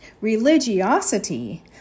religiosity